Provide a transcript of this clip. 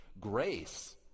grace